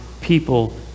people